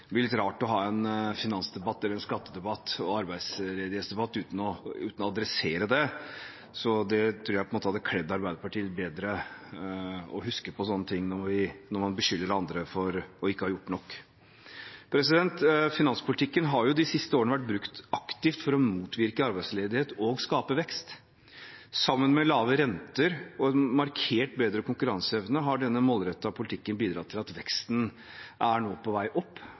Det blir litt rart å ha en skattedebatt og arbeidsledighetsdebatt uten å adressere det. Jeg tror det hadde kledd Arbeiderpartiet litt bedre å huske sånne ting når man beskylder andre for ikke å ha gjort nok. Finanspolitikken har de siste årene vært brukt aktivt for å motvirke arbeidsledighet og skape vekst. Sammen med lave renter og en markert bedre konkurranseevne har denne målrettede politikken bidratt til at veksten nå er på vei opp